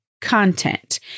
content